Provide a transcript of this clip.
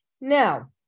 Now